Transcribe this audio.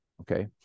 okay